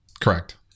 Correct